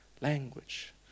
language